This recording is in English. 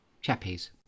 Chappies